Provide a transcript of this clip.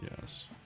Yes